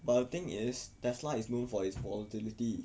but the thing is Tesla is known for its volatility